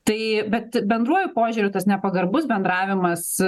tai bet bendruoju požiūriu tas nepagarbus bendravimas